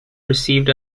received